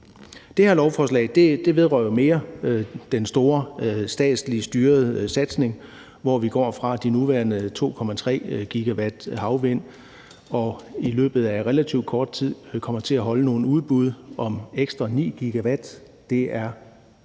Det her lovforslag vedrører jo mere den store statsligt styrede satsning, hvor vi går fra de nuværende 2,3 GW fra havvind og i løbet af relativt kort tid kommer til at have nogle udbud om ekstra 9 GW. Det